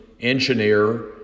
engineer